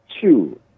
two